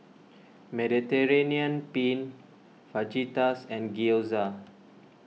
Mediterranean Penne Fajitas and Gyoza